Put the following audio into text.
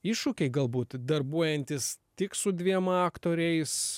iššūkiai galbūt darbuojantis tik su dviem aktoriais